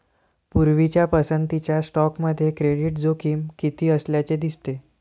पूर्वीच्या पसंतीच्या स्टॉकमध्ये क्रेडिट जोखीम कमी असल्याचे दिसते